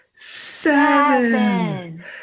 Seven